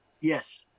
Yes